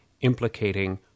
implicating